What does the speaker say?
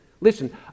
Listen